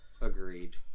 Agreed